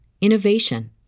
innovation